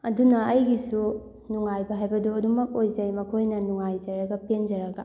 ꯑꯗꯨꯅ ꯑꯩꯒꯤꯁꯨ ꯅꯨꯡꯉꯥꯏꯕ ꯍꯥꯏꯕꯗꯣ ꯑꯗꯨꯝꯃꯛ ꯑꯣꯏꯖꯩ ꯃꯈꯣꯏꯅ ꯅꯨꯡꯉꯥꯏꯖꯔꯒ ꯄꯦꯟꯖꯔꯒ